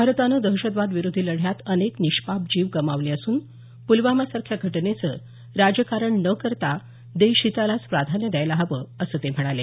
भारतानं दहशतवादविरोधी लढ्यात अनेक निष्पाप जीव गमावले असून पुलवामा सारख्या घटनेचं राजकारण न करता देश हितालाच प्राधान्य द्यायला हवं असं ते म्हणाले